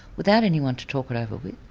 without anyone to talk it over with,